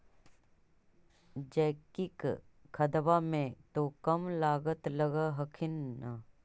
जैकिक खदबा मे तो कम लागत लग हखिन न?